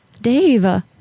Dave